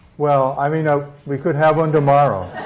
well, i mean, you know we could have one tomorrow.